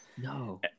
No